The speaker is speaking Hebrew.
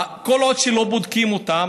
כל עוד שלא בודקים אותם,